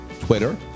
Twitter